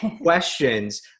questions